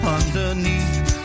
Underneath